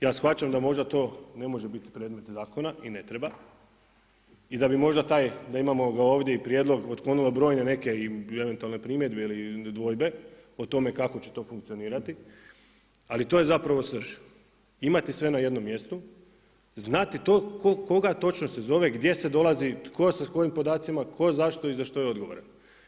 Ja shvaćam da možda to ne može biti predmet zakona i ne treba i da bi možda taj, da imamo ga ovdje i prijedlog otklonilo brojne neke i eventualne primjedbe ili dvojbe o tome kako će to funkcionirati ali to je zapravo srž imati sve na jednom mjestu, znati to tko koga točno se zove, gdje se dolazi, tko sa kojim podacima, tko, zašto i za što je odgovoran.